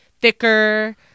thicker